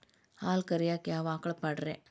ಹಾಲು ಕರಿಯಾಕ ಯಾವ ಆಕಳ ಪಾಡ್ರೇ?